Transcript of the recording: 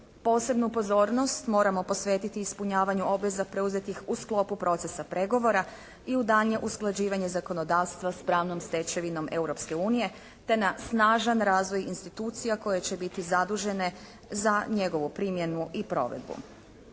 Posebnu pozornost moramo posvetiti ispunjavanju obveza preuzetih u sklopu procesa pregovora i u daljnje usklađivanje zakonodavstva s pravnom stečevinom Europske unije te na snažan razvoj institucija koje će biti zadužene za njegovu primjenu i provedbu.